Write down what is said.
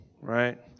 right